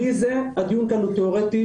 בלי זה הדיון כאן הוא תיאורטי